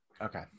Okay